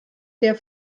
der